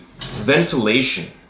ventilation